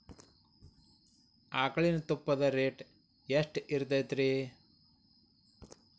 ಆಕಳಿನ ತುಪ್ಪದ ರೇಟ್ ಎಷ್ಟು ಇರತೇತಿ ರಿ?